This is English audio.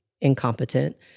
incompetent